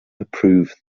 approve